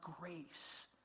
grace